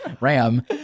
Ram